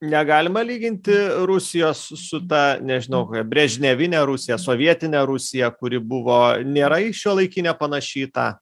negalima lyginti rusijos su ta nežinau kokia brežnevine rusija sovietine rusija kuri buvo nėra į šiuolaikinę panaši į tą